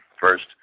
First